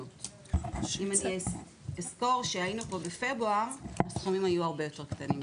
שכשהיינו כאן בפברואר הנתונים היו הרבה יותר קטנים,